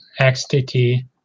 XTT